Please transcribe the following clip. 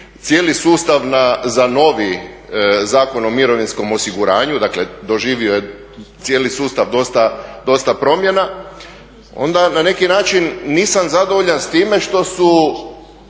cijeli sustav za novi Zakon o mirovinskom osiguranju, dakle doživio je cijeli sustav dosta promjena. Onda na neki način nisam zadovoljan s time što su